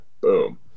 Boom